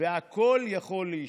והכול יכול להשתנות,